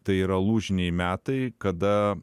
tai yra lūžiniai metai kada